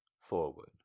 forward